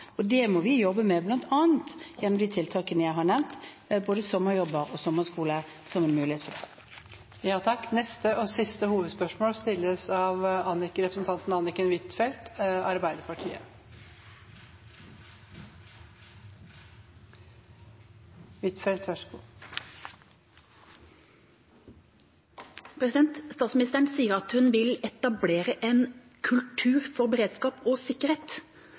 Det må vi jobbe med, bl.a. gjennom de tiltakene jeg har nevnt, med både sommerjobber og sommerskole som en mulighet. Da går vi videre til siste hovedspørsmål. Statsministeren sier at hun vil etablere en kultur for beredskap og sikkerhet. Da er det viktig at hun koordinerer innsatsen mellom de ulike departementene. Bergen Engines er en stor og